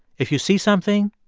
if you see something,